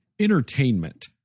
Entertainment